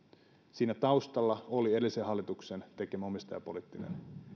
siinä taustalla oli edellisen hallituksen tekemä omistajapoliittinen